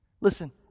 Listen